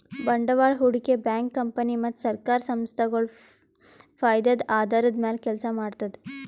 ಬಂಡವಾಳ್ ಹೂಡಿಕೆ bank company ಮತ್ತ್ ಸರ್ಕಾರ್ ಸಂಸ್ಥಾಗೊಳ್ ಫೈದದ್ದ್ ಆಧಾರದ್ದ್ ಮ್ಯಾಲ್ ಕೆಲಸ ಮಾಡ್ತದ್